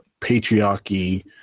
patriarchy